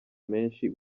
menshi